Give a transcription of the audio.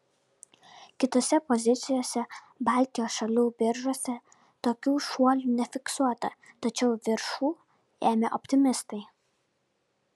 kitose pozicijose baltijos šalių biržose tokių šuolių nefiksuota tačiau viršų ėmė optimistai